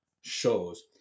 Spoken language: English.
shows